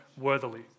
worthily